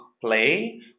play